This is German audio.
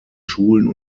schulen